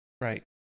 Right